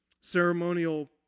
Ceremonial